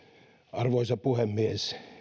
arvoisa puhemies